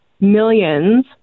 millions